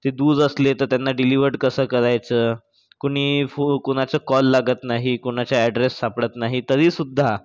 ते दूर असले तर त्यांना डिलीव्हर्ड कसं करायचं कुणी फो कुणाचा कॉल लागत नाही कुणाचा ॲड्रेस सापडत नाही तरीसुध्दा